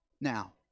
now